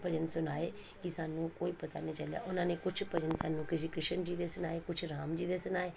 ਭਜਨ ਸੁਣਾਏ ਕਿ ਸਾਨੂੰ ਕੋਈ ਪਤਾ ਨਹੀਂ ਚੱਲਿਆ ਉਹਨਾਂ ਨੇ ਕੁਛ ਭਜਨ ਸਾਨੂੰ ਸ਼੍ਰੀ ਕ੍ਰਿਸ਼ਨ ਜੀ ਦੇ ਸੁਣਾਏ ਕੁਛ ਰਾਮ ਜੀ ਦੇ ਸੁਣਾਏ